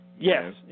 Yes